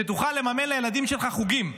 שתוכל לממן לילדים שלך חוגים,